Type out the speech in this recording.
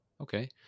okay